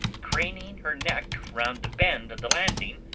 craning her neck round the bend of the landing,